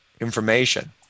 information